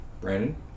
Brandon